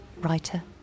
writer